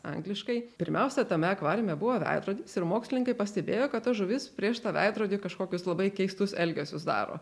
angliškai pirmiausia tame akvariume buvo veidrodis ir mokslininkai pastebėjo kad ta žuvis prieš tą veidrodį kažkokius labai keistus elgesius daro